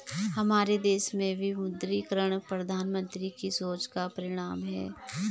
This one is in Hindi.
हमारे देश में विमुद्रीकरण प्रधानमन्त्री की सोच का परिणाम है